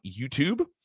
YouTube